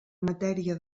matèria